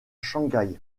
shanghai